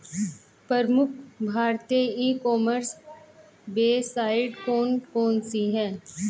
प्रमुख भारतीय e commerce website कौन कौन सी हैं?